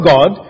God